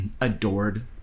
adored